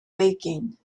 baking